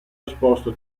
risposto